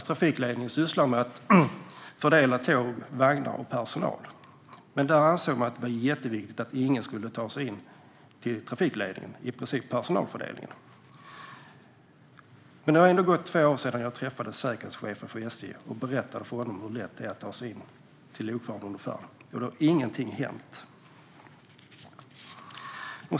Trafikledningen sysslar med att fördela tåg, vagnar och personal. Man ansåg det jätteviktigt att ingen skulle kunna ta sig in till trafikledningen, alltså i princip personalfördelningen. Det har gått två år sedan jag träffade säkerhetschefen för SJ och berättade för honom hur lätt det är att ta sig in till lokföraren under färd, och ingenting har hänt.